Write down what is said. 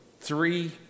three